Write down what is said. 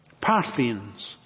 Parthians